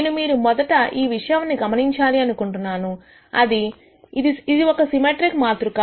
నేను మీరు మొదట ఈ విషయమును గమనించాలి అనుకుంటున్నాను ఇది ఒక సిమెట్రిక్ మాతృక